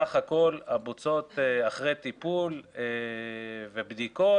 סך הכול הבוצות אחרי טיפול ובדיקות